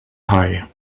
eye